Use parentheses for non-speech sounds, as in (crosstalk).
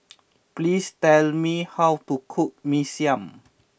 (noise) please tell me how to cook Mee Siam